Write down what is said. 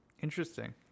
interesting